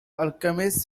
alchemist